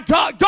God